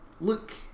look